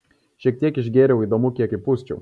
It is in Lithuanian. šiek tiek išgėriau įdomu kiek įpūsčiau